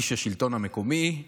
איש השלטון המקומי.